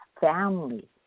family